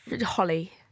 Holly